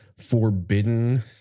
forbidden